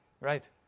Right